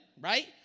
Right